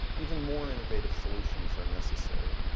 even more innovative solutions are necessary.